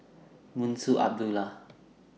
Munshi Abdullah